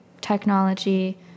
technology